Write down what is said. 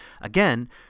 Again